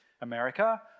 America